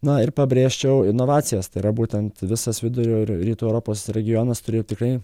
na ir pabrėžčiau inovacijos tai yra būtent visas vidurio rytų europos regionas turėjo tikrai